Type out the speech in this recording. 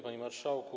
Panie Marszałku!